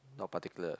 not particular